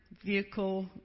vehicle